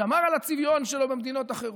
שמר על הצביון שלו במדינות אחרות.